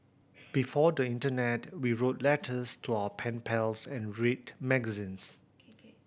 before the Internet we wrote letters to our pen pals and read magazines